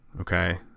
Okay